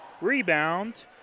Rebound